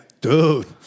Dude